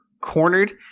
cornered